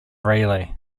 raleigh